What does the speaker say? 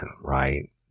right